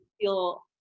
feel